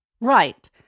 Right